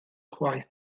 chwaith